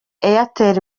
airtel